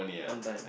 one time